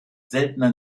seltener